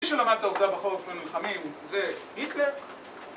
מי שלמד את העובדה בחורף לא נלחמים זה היטלר